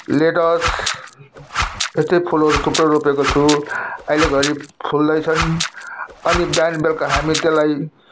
lettuce यस्तै फुलहरू थुप्रै रोपेको छु अहिले घरी फुल्दैछन् अनि बिहान बेलुका हामी त्यसलाई